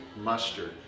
mustard